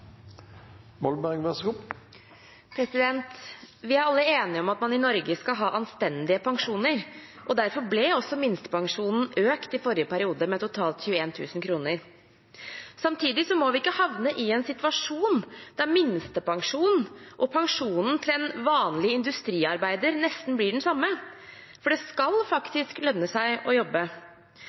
Vi er alle enige om at man i Norge skal ha anstendige pensjoner, og derfor ble også minstepensjonen økt i forrige periode, med totalt 21 000 kr. Samtidig må vi ikke havne i en situasjon der minstepensjonen og pensjonen til en vanlig industriarbeider nesten blir den samme, for det skal faktisk lønne seg å jobbe.